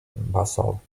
basalt